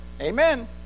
Amen